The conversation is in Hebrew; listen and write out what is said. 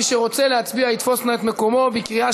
מי שרוצה להצביע יתפוס נא את מקומו בקריאה